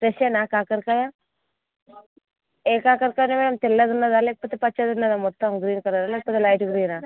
ప్రేషేనా కాకరకాయ ఏ కాకరకాయ ఉంది మ్యాడమ్ తెల్లది ఉందా లేకపోతే పచ్చది ఉందా మొత్తం గ్రీన్ కలరా లేకపోతే లైట్ గ్రీనా